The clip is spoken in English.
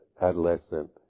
adolescent